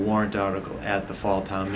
warrant article at the fall time